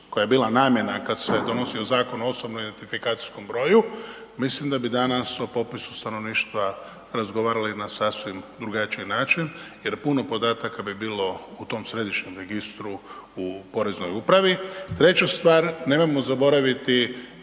koja je bila namjena kad se donosio Zakon o OIB-u, mislim da bi danas o popisu stanovništva razgovarali na sasvim drugačiji način jer puno podataka bi bilo u tom središnjem registru u poreznoj upravi. Treća stvar, nemojmo zaboraviti